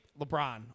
LeBron